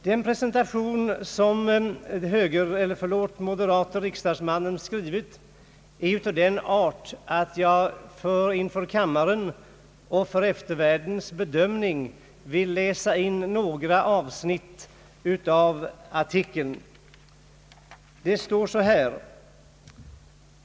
Den presentation som höger-, förlåt, den moderata riksdagsmannen skrivit är av den art, att jag inför kammaren och för eftervärldens bedömning vill läsa upp några avsnitt av artikeln.